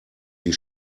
die